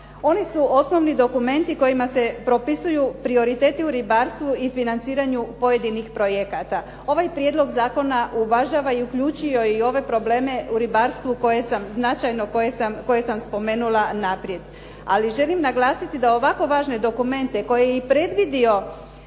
Oni su osnovni dokumenti kojima se propisuju prioriteti u ribarstvu i financiranju pojedinih projekata. Ovaj prijedlog zakona uvažava i uključio je i ove probleme u ribarstvu koje sam značajno, koje sam spomenula naprijed. Ali želim naglasiti da ovako važne dokumente koje je i predvidio